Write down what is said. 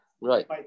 Right